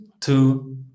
two